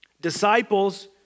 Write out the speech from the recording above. disciples